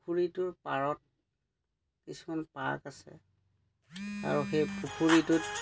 পুখুৰীটোৰ পাৰত কিছুমান পাৰ্ক আছে আৰু সেই পুখুৰীটোত